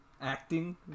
acting